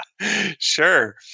Sure